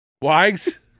Wags